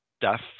death